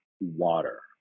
water